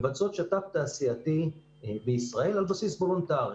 מבצעות שת"פ תעשייתי בישראל על בסיס וולונטרי.